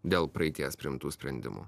dėl praeities priimtų sprendimų